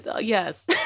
yes